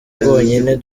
bwonyine